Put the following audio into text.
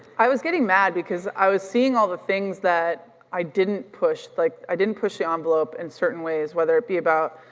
i was getting mad because i was seeing all the things that i didn't push, like i didn't push the ah envelope in and certain ways, whether it be about